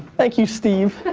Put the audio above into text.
thank you, steve.